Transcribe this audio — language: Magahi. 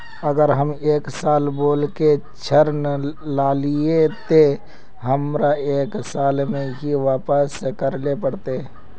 अगर हम एक साल बोल के ऋण लालिये ते हमरा एक साल में ही वापस करले पड़ते?